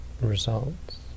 results